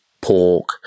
pork